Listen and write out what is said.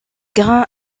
grain